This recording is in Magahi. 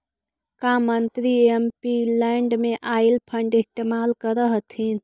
का मंत्री एमपीलैड में आईल फंड इस्तेमाल करअ हथीन